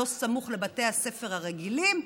לא סמוך לבתי הספר הרגילים,